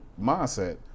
mindset